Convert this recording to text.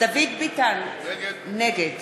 דוד ביטן, נגד